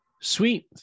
sweet